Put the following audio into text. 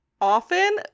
often